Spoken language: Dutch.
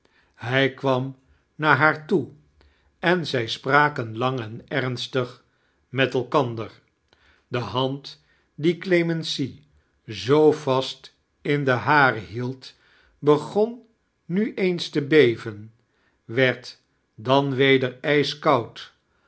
hij kwam naar haar toe en zij spraken lang en ernstig met elkander de hand die clemency zoo vast in do hare hield begon nu eens te beven werd dan weder ijskoud